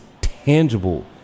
tangible